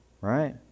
Right